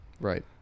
Right